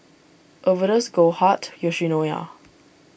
Overdose Goldheart Yoshinoya